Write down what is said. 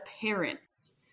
parents